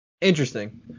Interesting